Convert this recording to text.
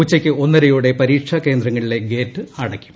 ഉച്ചയ്ക്ക് ഒന്നരയോടെ പരീക്ഷാ കേന്ദ്രങ്ങളിലെ ഗേറ്റ് അടയ്ക്കും